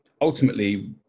ultimately